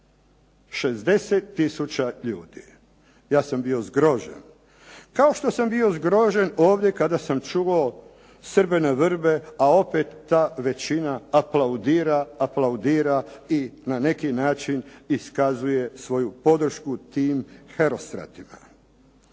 60 tisuća ljudi. Ja sam bio zgrožen. Kao što sam bio zgrožen ovdje kada sam čuo "Srbe na vrbe", a opet ta većina aplaudira, aplaudira i na neki način iskazuje svoju podršku tim herostratima.